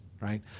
right